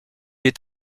est